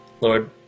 Lord